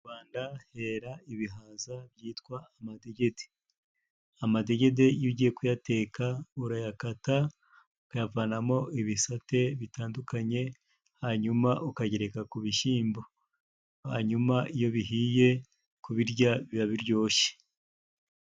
Mu Rwanda hera ibihaza byitwa amadegede. Amadegede iyo ugiye kuyateka, urayakata, ukayavanamo ibisate bitandukanye, hanyuma ukagereka ku bishyimbo. Hanyuma iyo bihiye kubirya biba biryoshye.